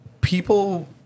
people